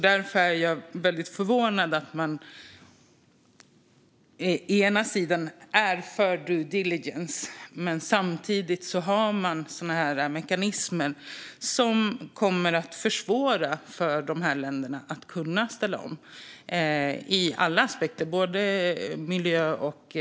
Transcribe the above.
Därför är jag förvånad att man å ena sidan är för due diligence, men å andra sidan finns mekanismer som kommer att försvåra för dessa länder att ställa om ur alla aspekter - miljömässigt och socialt.